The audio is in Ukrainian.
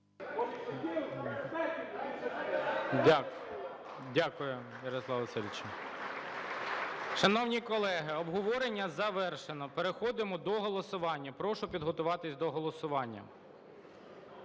Дякую, Ярослав Васильович. Шановні колеги, обговорення завершено. Переходимо до голосування. Прошу підготуватись до голосування.